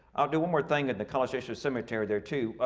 i'll do one more thing at the college station cemetery there too.